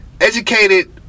educated